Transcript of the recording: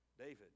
David